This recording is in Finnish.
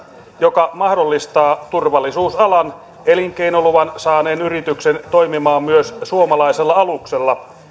joka mahdollistaa turvallisuusalan elinkeinoluvan saaneen yrityksen toimia myös suomalaisella aluksella